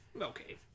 Okay